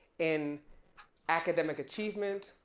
in academic achievement,